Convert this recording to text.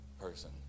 person